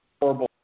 horrible